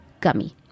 gummy